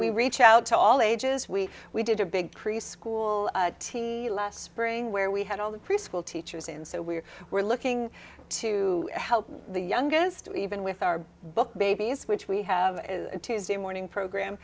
we reach out to all ages we we did a big preschool last spring where we had all the preschool teachers and so we were looking to help the youngest even with our book babies which we have tuesday morning program